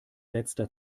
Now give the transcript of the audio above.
letzter